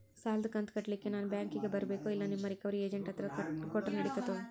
ಸಾಲದು ಕಂತ ಕಟ್ಟಲಿಕ್ಕೆ ನಾನ ಬ್ಯಾಂಕಿಗೆ ಬರಬೇಕೋ, ಇಲ್ಲ ನಿಮ್ಮ ರಿಕವರಿ ಏಜೆಂಟ್ ಹತ್ತಿರ ಕೊಟ್ಟರು ನಡಿತೆತೋ?